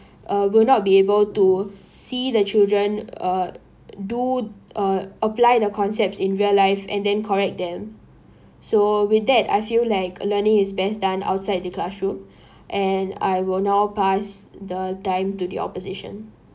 uh will not be able to see the children uh do uh apply the concepts in real life and then correct them so with that I feel like learning is best done outside the classroom and I will now pass the time to the opposition